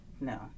No